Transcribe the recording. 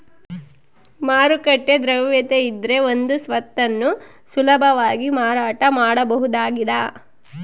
ಮಾರುಕಟ್ಟೆ ದ್ರವ್ಯತೆಯಿದ್ರೆ ಒಂದು ಸ್ವತ್ತನ್ನು ಸುಲಭವಾಗಿ ಮಾರಾಟ ಮಾಡಬಹುದಾಗಿದ